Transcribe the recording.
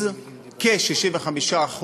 כ-65%